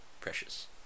Precious